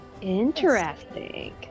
Interesting